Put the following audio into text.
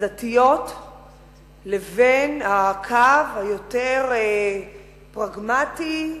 הדתיות לבין הקו היותר פרגמטי,